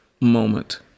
moment